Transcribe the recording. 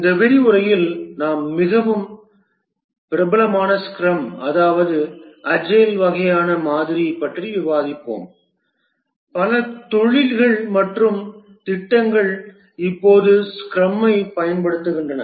இந்த விரிவுரையில் நாம் மிகவும் பிரபலமான ஸ்க்ரம் அதாவது அஜயில் வகையான மாதிரி பற்றி விவாதிப்போம் பல தொழில்கள் மற்றும் திட்டங்கள் இப்போது ஸ்க்ரமைப் பயன்படுத்துகின்றன